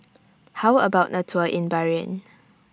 How about A Tour in Bahrain